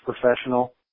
professional